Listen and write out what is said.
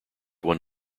one